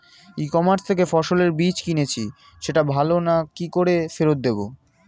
ই commerce থেকে ফসলের বীজ কিনেছি সেটা ভালো না কি করে ফেরত দেব?